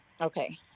Okay